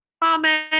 Comment